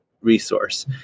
resource